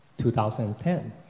2010